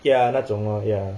ya 那种 lor ya